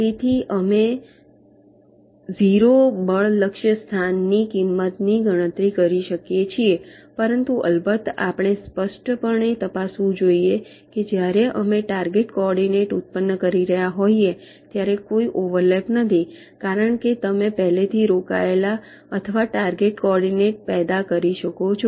તેથી અમે 0 બળ લક્ષ્ય સ્થાન ની કિંમતની ગણતરી કરી શકીએ છીએ પરંતુ અલબત્ત આપણે સ્પષ્ટપણે તપાસવું જોઈએ કે જ્યારે અમે ટાર્ગેટ કોઓર્ડીનેટ ઉત્પન્ન કરી રહ્યા હોઈએ ત્યારે કોઈ ઓવરલેપ નથી કારણ કે તમે પહેલેથી રોકાયેલા આવા ટાર્ગેટ કોઓર્ડીનેટ પેદા કરી શકો છો